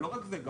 לא רק זה אלא